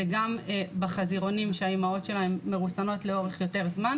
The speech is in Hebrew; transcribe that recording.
וגם בחזירונים שהאימהות שלהם מרוסנות לאורך זמן,